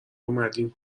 اومدین